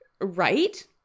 Right